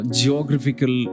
geographical